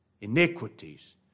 iniquities